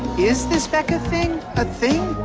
is this becca thing. a thing?